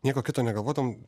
nieko kito negalvodavom